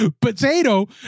potato